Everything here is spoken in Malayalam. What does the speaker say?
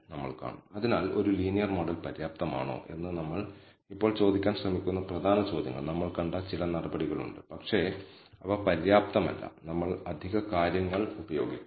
നമ്മൾ ഉരുത്തിരിഞ്ഞ സാമ്പിളിനെ ആശ്രയിച്ച് β̂₀ ന്റെ വ്യത്യസ്ത വ്യത്യസ്ത കണക്കുകൾ ലഭിക്കുന്നത് ശ്രദ്ധിക്കുക അതിനാൽ ഈ പരീക്ഷണം ആവർത്തിക്കുകയാണെങ്കിൽ β̂₀ β̂1 എന്നിവയുടെ ഈ എസ്റ്റിമേറ്റുകളുടെ വ്യാപനം എന്താണെന്ന് നമ്മൾ ചോദിക്കാൻ ആഗ്രഹിക്കുന്നു